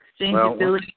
Exchangeability